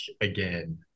again